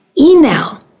email